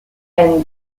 and